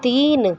تین